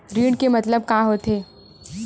ऋण के मतलब का होथे?